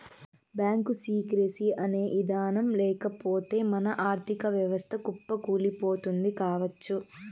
bank secrecy అనే ఇదానం లేకపోతె మన ఆర్ధిక వ్యవస్థ కుప్పకూలిపోతుంది కావచ్చు